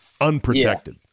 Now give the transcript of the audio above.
unprotected